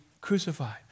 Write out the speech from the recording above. crucified